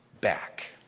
back